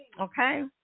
okay